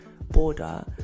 border